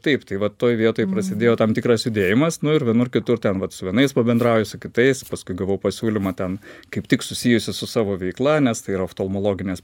taip tai va toj vietoj prasidėjo tam tikras judėjimas nu ir vienur kitur ten vat su vienais pabendrauji su kitais paskui gavau pasiūlymą ten kaip tik susijusį su savo veikla nes tai yra oftalmologinės